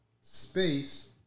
space